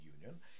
Union